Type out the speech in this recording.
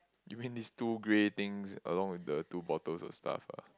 you mean this two grey things along with the two bottles of stuff ah